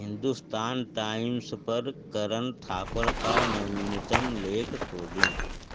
Hindustan Times पर करन थापर का नवीनतम लेख खोजें